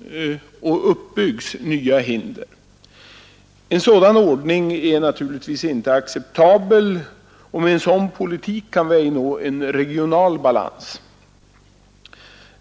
— och uppbyggs — nya hinder. En sådan ordning är naturligtvis inte acceptabel. Med en sådan politik kan vi ej nå regional balans.